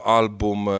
album